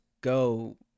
go